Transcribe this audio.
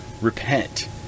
repent